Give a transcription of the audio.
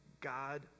God